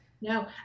No